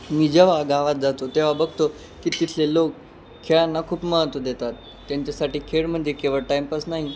मी जेव्हा गावात जातो तेव्हा बघतो की तिथले लोक खेळांना खूप महत्त्व देतात त्यांच्यासाठी खेळ म्हणजे केवळ टाइमपास नाही